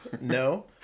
no